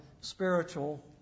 spiritual